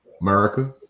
America